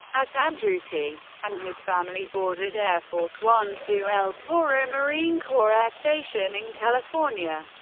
at andrews, he and his family boarded air force one to el toro marine corps air station in california,